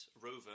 rover